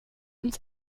ins